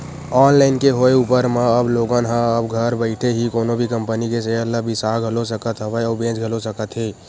online के होय ऊपर म अब लोगन ह अब घर बइठे ही कोनो भी कंपनी के सेयर ल बिसा घलो सकत हवय अउ बेंच घलो सकत हे